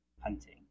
hunting